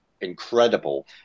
incredible –